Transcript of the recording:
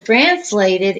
translated